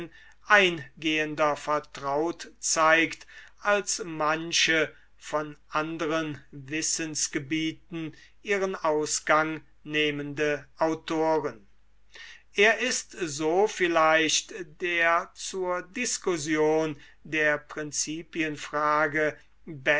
eingehender vertraut zeigt als manche von anderen wissensgebieten ihren ausgang nehmende autoren er ist so vielleicht der zur diskussion der prinzipienfrage